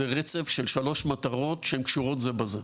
זה רצף של שלוש מטרות שקשורות זה בזה.